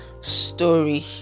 story